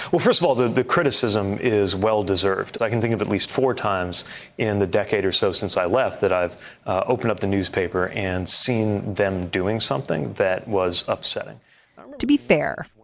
well, first of all, the the criticism is well-deserved. i can think of at least four times in the decade or so since i left that i've ah opened up the newspaper and seen them doing something that was upsetting to be fair,